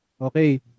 okay